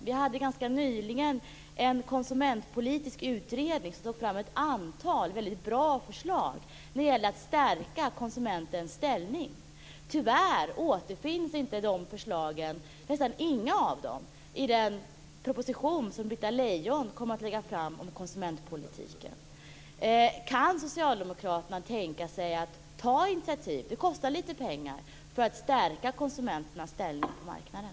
Vi hade ganska nyligen en konsumentpolitisk utredning som tog fram ett antal väldigt bra förslag när det gäller att stärka konsumentens ställning. Tyvärr återfinns inte de förslagen, nästan inga av dem, i den proposition som Britta Lejon kommer att lägga fram om konsumentpolitiken. Kan socialdemokraterna tänka sig att ta initiativ - det kostar lite pengar - för att stärka konsumenternas ställning på marknaden?